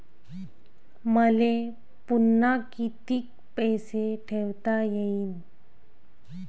मले पुन्हा कितीक पैसे ठेवता येईन?